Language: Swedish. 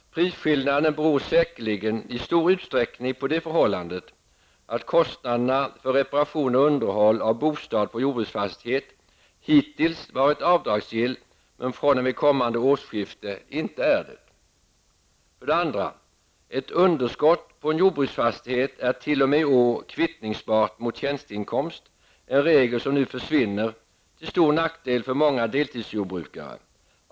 Prisskillnaden beror säkerligen i stor utsträckning på det förhållandet att kostnaderna för reparation och underhåll av bostad på jordbruksfastighet hittills varit avdragsgilla men fr.o.m. kommande årsskifte inte är det. 2. Ett underskott på jordbruksfastighet är t.o.m. i år kvittningsbart mot tjänsteinkomst, en regel som nu försvinner, till stor nackdel för många deltidsjordbrukare.